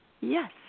Yes